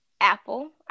apple